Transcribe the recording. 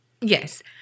Yes